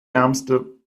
ärmste